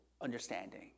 understanding